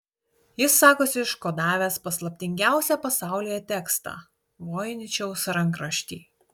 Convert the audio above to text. jis sakosi iškodavęs paslaptingiausią pasaulyje tekstą voiničiaus rankraštį